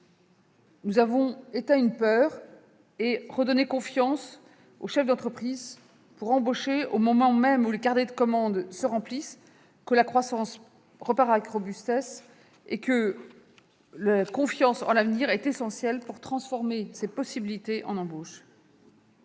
Nous avons éteint une peur et redonné confiance aux chefs d'entreprise pour embaucher, au moment même où les carnets de commandes se remplissent et où la croissance repart avec robustesse. La confiance en l'avenir est essentielle pour transformer ces possibilités en embauches